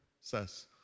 says